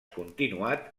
continuat